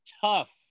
tough